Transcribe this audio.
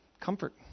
comfort